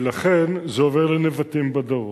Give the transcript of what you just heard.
ולכן זה עובר ל"נבטים" בדרום.